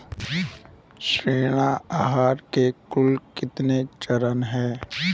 ऋण आहार के कुल कितने चरण हैं?